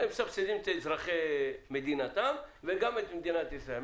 הם מסבסדים את אזרחי מדינתם וגם את מדינת ישראל.